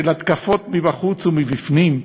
של התקפות מבחוץ ומבפנים,